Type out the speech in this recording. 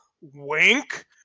Wink